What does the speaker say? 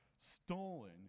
stolen